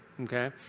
Okay